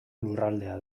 lurraldea